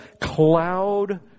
cloud